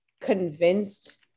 convinced